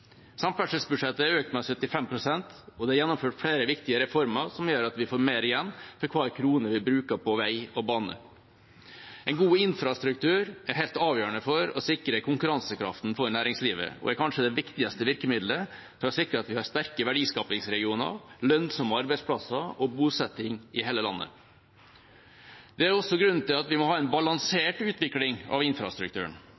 Samferdselsbudsjettet er økt med 75 pst., og det er gjennomført flere viktige reformer som gjør at vi får mer igjen for hver krone vi bruker på vei og bane. En god infrastruktur er helt avgjørende for å sikre konkurransekraften for næringslivet og er kanskje det viktigste virkemiddelet for å sikre at vi har sterke verdiskapingsregioner, lønnsomme arbeidsplasser og bosetting i hele landet. Det er også grunnen til at vi må ha en